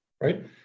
right